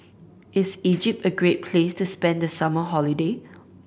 is Egypt a great place to spend the summer holiday